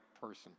person